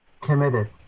committed